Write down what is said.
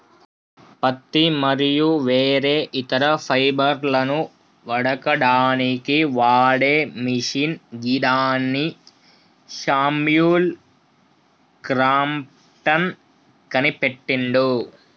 పత్తి మరియు వేరే ఇతర ఫైబర్లను వడకడానికి వాడే మిషిన్ గిదాన్ని శామ్యుల్ క్రాంప్టన్ కనిపెట్టిండు